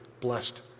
blessed